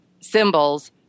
symbols